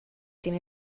tiene